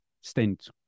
stint